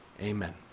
Amen